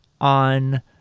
on